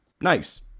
Nice